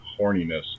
horniness